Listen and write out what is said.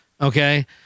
Okay